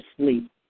sleep